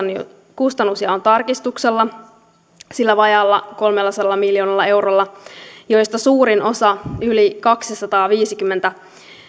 kustannusjaon tarkistuksella sillä vajaalla kolmellasadalla miljoonalla eurolla joista suurin osa yli kaksisataaviisikymmentä